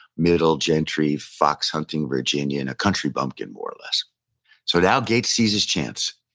mid-old gentry, foxhunting virginian, a country bumpkin, more or less so now gates sees his chance,